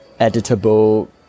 editable